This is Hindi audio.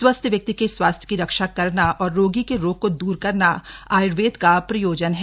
स्वस्थ व्यक्ति के स्वास्थ्य की रक्षा करना और रोगी के रोग को दूर करना आय्र्वेद का प्रयोजन है